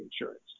insurance